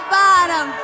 bottom